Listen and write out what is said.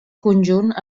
conjunt